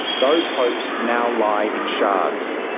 those hopes now lie in shards.